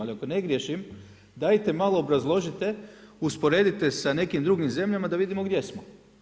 Ali ako ne griješim, dajte malo obrazložite, usporedite sa nekim drugim zemljama da vidimo gdje smo.